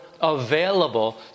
available